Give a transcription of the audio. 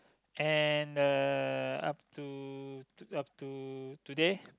and uh up to up to today